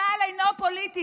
צה"ל אינו פוליטי,